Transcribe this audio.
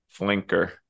flinker